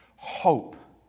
hope